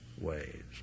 ways